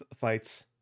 fights